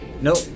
Nope